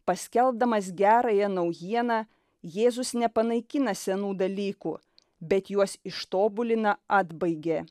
paskelbdamas gerąją naujieną jėzus nepanaikina senų dalykų bet juos ištobulina atbaigia